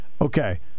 Okay